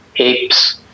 Apes